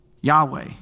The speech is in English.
Yahweh